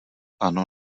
ano